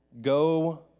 Go